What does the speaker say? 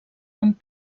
amb